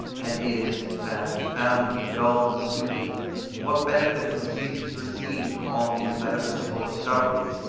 and is, in fact, found to be dull and stupid what benefit would the species receive from all these metaphysical discoveries,